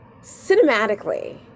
cinematically